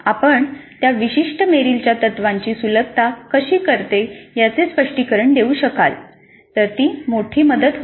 आपण त्या विशिष्ट मेरिलच्या तत्त्वाची सुलभता कशी करते याचे स्पष्टीकरण देऊ शकला तर ती मोठी मदत होईल